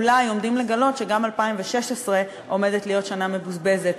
אולי עומדים לגלות שגם 2016 עומדת להיות שנה מבוזבזת,